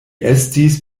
estis